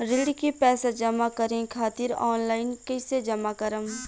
ऋण के पैसा जमा करें खातिर ऑनलाइन कइसे जमा करम?